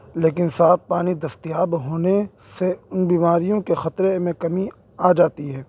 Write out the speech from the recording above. لیکن صاف پانی دستیاب ہونے سے ان بیماریوں کے خطرے میں کمی آ جاتی ہے